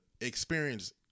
experience